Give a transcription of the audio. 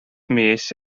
mis